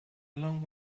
long